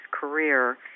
career